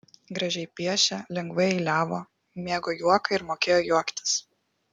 gražiai piešė lengvai eiliavo mėgo juoką ir mokėjo juoktis